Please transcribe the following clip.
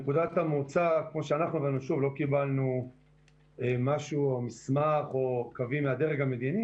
לא קיבלנו מסמך או קווים מהדרג המדיני,